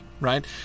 right